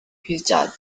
pensado